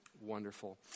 wonderful